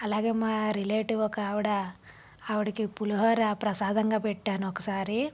అలాగే మా రిలేటివ్ ఒక ఆవిడ ఆవిడకి పులిహోర ప్రసాదంగా పెట్టాను ఒకసారి